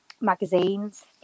magazines